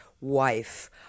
wife